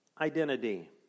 identity